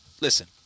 listen